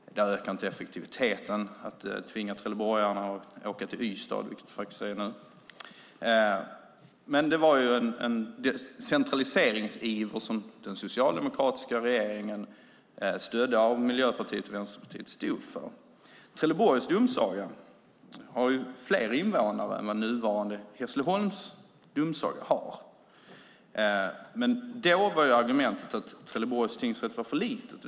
Det har inte ökat effektiviteten att tvinga trelleborgarna att åka till Ystad. Det var en centraliseringsiver som den socialdemokratiska regeringen stödd av Miljöpartiet och Vänsterpartiet stod för. Trelleborgs domsaga har fler invånare än vad nuvarande Hässleholms domsaga har. Då var argumentet att Trelleborgs tingsrätt var för liten.